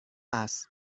است